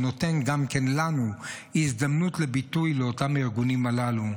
ונותן לנו גם הזדמנות לתת ביטוי לאותם ארגונים הללו,